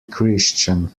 christian